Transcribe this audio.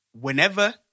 whenever